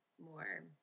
more